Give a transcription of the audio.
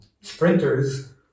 sprinters